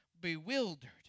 Bewildered